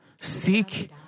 seek